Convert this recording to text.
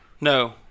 no